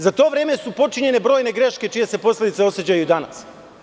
Za to vreme su počinjene brojne greške čije se posledice osećaju i danas.